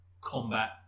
combat